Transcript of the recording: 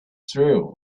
true